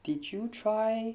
teach you try